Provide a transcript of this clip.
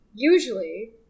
Usually